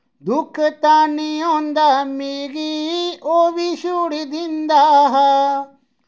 दुक्ख तां नि औंदा मिगी ओह् बी छोड़ी दिन्दा हा